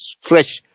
fresh